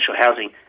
housing